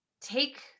take